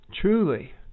Truly